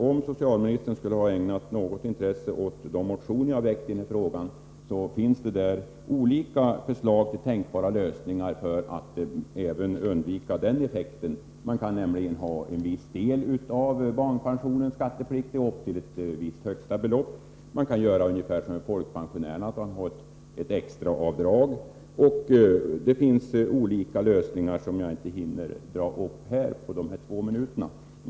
Om socialministern skulle ha ägnat något intresse åt de motioner som jag väckt i den här frågan, skulle han ha funnit att där finns olika förslag till tänkbara lösningar som innebär att nämnda effekt kan undvikas. Man kunde ha en viss del av barnpensionen skattefri, upp till ett visst högsta belopp. Man kunde göra ungefär som för folkpensionärerna, bevilja ett extra avdrag. Det finns också andra lösningar som jag inte hinner ta upp nu på mina två minuter.